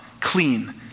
clean